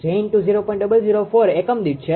004 એકમ દીઠ છે